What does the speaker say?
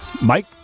Mike